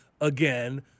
again